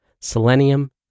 selenium